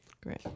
Great